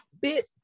bit